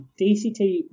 DCT